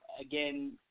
again